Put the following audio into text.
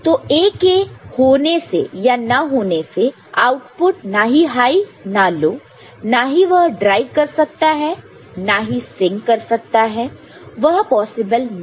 तो A के होने से या ना होने से आउटपुट नाही हाई ना लो ना ही वह ड्राइव कर सकते हो ना ही सिंक कर सकते हो वह पॉसिबल नहींहै